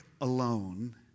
alone